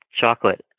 chocolate